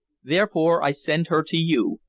therefore i send her to you,